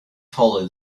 follow